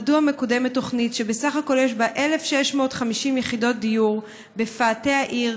מדוע מקודמת תוכנית שבסך הכול יש בה 1,650 יחידות דיור בפאתי העיר,